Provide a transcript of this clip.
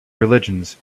religions